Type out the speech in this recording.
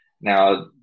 Now